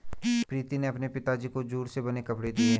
प्रीति ने अपने पिताजी को जूट से बने कपड़े दिए